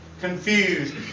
confused